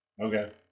Okay